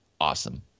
Awesome